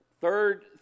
Third